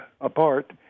apart